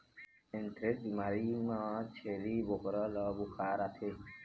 anthrax बिमारी म छेरी बोकरा ल बुखार आथे